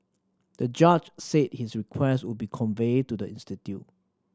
the judge said his request would be conveyed to the institute